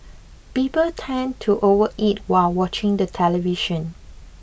people tend to overeat while watching the television